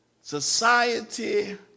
society